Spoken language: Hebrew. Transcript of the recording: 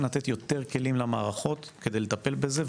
לתת יותר כלים למערכות כדי לטפל בזה,